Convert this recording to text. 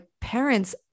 parents